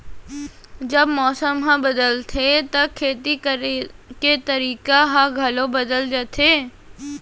जब मौसम ह बदलथे त खेती करे के तरीका ह घलो बदल जथे?